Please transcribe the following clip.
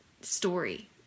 story